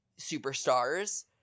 Superstars